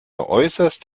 äußerst